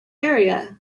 area